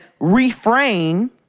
reframe